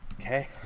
Okay